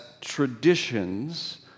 traditions